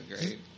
Great